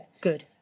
Good